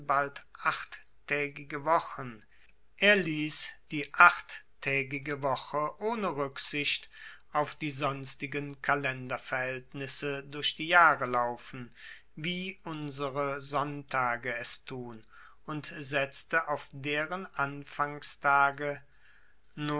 bald achttaegige wochen er liess die achttaegige woche ohne ruecksicht auf die sonstigen kalenderverhaeltnisse durch die jahre laufen wie unsere sonntage es tun und setzte auf deren anfangstage